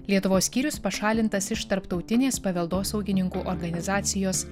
lietuvos skyrius pašalintas iš tarptautinės paveldosaugininkų organizacijos